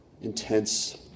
intense